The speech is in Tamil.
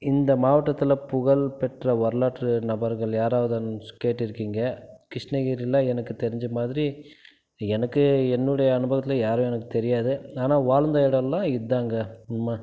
இந்த மாவட்டத்தில் புகழ்பெற்ற வரலாற்று நபர்கள் யாராவதானு கேட்டுருக்கீங்க கிருஷ்ணகிரியில் எனக்கு தெரிஞ்ச மாதிரி எனக்கு என்னுடைய அனுபவத்தில் யாரும் எனக்கு தெரியாது ஆனால் வாழ்ந்த இடம்லாம் இதுதாங்க